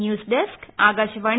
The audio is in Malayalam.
news desk Akashvani